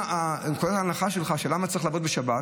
נקודת ההנחה שלך, למה צריך לעבוד בשבת?